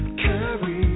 carry